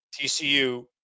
TCU